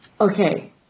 Okay